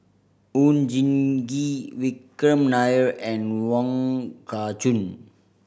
Oon Jin Gee Vikram Nair and Wong Kah Chun